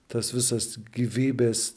tas visas gyvybės